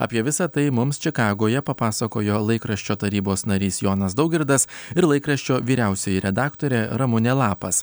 apie visa tai mums čikagoje papasakojo laikraščio tarybos narys jonas daugirdas ir laikraščio vyriausioji redaktorė ramunė lapas